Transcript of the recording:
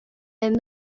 and